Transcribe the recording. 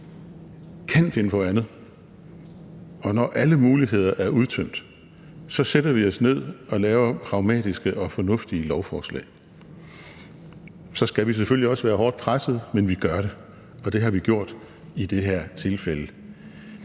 kan finde på andet, og når alle muligheder er udtømt, sætter vi os ned og laver pragmatiske og fornuftige lovforslag – så skal vi selvfølgelig også være hårdt pressede, men vi gør det – og det har vi gjort i det her tilfælde.